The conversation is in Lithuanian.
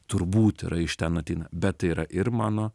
turbūt yra iš ten ateina bet tai yra ir mano